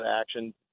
action